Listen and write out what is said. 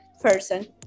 person